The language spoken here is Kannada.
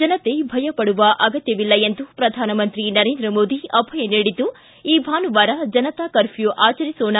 ಜನತೆ ಭಯಪಡುವ ಅಗತ್ತವಿಲ್ಲ ಎಂದು ಪ್ರಧಾನಮಂತ್ರಿ ನರೇಂದ್ರ ಮೋದಿ ಅಭಯ ನೀಡಿದ್ದು ಈ ಭಾನುವಾರ ಜನತಾ ಕರ್ಪ್ಯೂ ಆಚರಿಸೋಣ